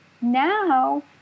now